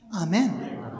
Amen